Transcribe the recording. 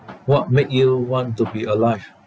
what make you want to be alive